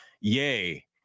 yay